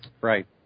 Right